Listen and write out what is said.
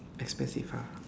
expensive ah